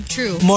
True